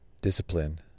discipline